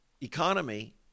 economy